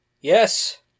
Yes